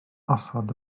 osod